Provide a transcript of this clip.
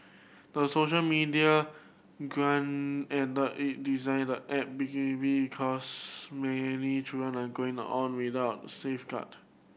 the social media grant and it designed the app because many children are going on without safeguard